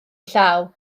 llaw